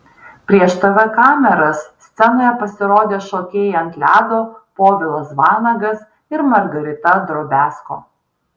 prieš tv kameras scenoje pasirodė šokėjai ant ledo povilas vanagas ir margarita drobiazko